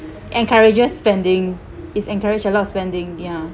encourages spending is encourage a lot of spending ya